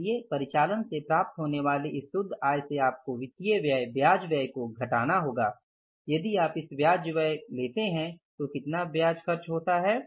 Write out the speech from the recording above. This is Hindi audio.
इसलिए परिचालन से प्राप्त होने वाली इस शुद्ध आय से आपको वित्तीय व्यय ब्याज व्यय को घटाना होगा यदि आप ब्याज व्यय लेते हैं तो कितना ब्याज खर्च होता है